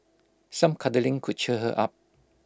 some cuddling could cheer her up